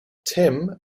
tim